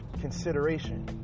consideration